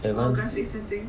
advance